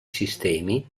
sistemi